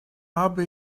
habe